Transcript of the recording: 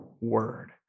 word